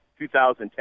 2010